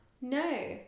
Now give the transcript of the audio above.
No